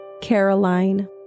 Caroline